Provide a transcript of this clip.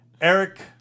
Eric